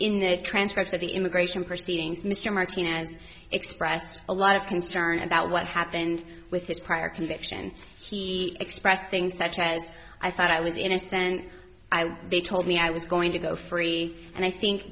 in the transcripts of the immigration proceedings mr martinez expressed a lot of concern about what happened with his prior conviction he expressed things such as i said i was innocent they told me i was going to go free and i think